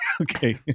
okay